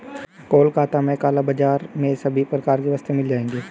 कोलकाता के काला बाजार में सभी प्रकार की वस्तुएं मिल जाएगी